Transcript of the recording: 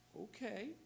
okay